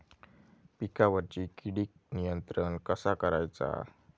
पिकावरची किडीक नियंत्रण कसा करायचा?